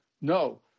No